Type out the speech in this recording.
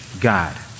God